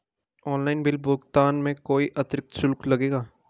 Online bill भुगतान में कोई अतिरिक्त शुल्क लगेगा?